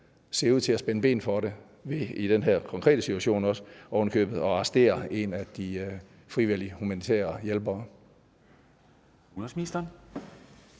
ser ud til at spænde ben for det ved i den her konkrete situation ovenikøbet også at arrestere en af de frivillige humanitære hjælpere.